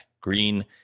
green